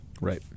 Right